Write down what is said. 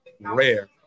rare